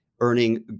earning